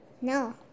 No